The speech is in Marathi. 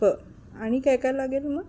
बरं आणि काय काय लागेल मग